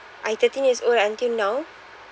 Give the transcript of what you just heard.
I thirteen years old until now